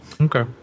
Okay